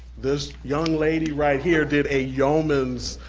this young lady right here did a yeoman's,